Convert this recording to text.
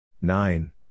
Nine